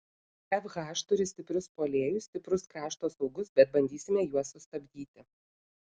fh turi stiprius puolėjus stiprius krašto saugus bet bandysime juos sustabdyti